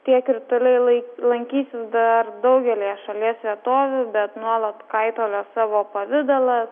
tie krituliai lai lankysis dar daugelyje šalies vietovių bet nuolat kaitalios savo pavidalą